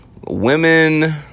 women